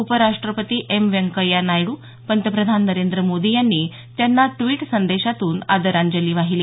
उपराष्ट्रपती एम व्यंकय्या नायडू पंतप्रधान नरेंद्र मोदी यांनी त्यांना ट्विट संदेशातून आदरांजली वाहिली